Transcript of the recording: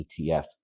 ETF